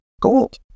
Gold